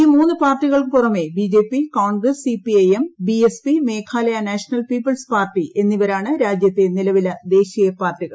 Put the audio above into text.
ഈ മൂന്ന് പാർട്ടികൾക്ക് പുറമേ B J P Congress C P I M B S P Meghalaya National People's Party എന്നിവരാണ് രാജ്യത്തെ നിലവിലെ ദേശീയ പാർട്ടികൾ